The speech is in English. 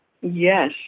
Yes